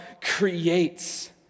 creates